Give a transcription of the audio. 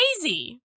crazy